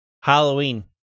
Halloween